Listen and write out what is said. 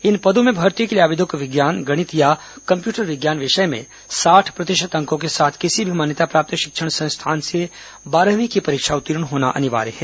इन पदों में भर्ती के लिए आवेदक को विज्ञान गणित या कम्प्यूटर विज्ञान विषय में साठ प्रतिशत अंकों के साथ किसी भी मान्यताप्राप्त शिक्षण संस्थान से बारहवीं की परीक्षा उत्तीर्ण होना अनिवार्य है